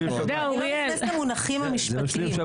אני לא נכנסת למונחים הפרטיים.